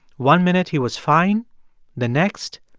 one minute, he was fine the next,